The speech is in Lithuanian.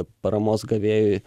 paramos gavėjui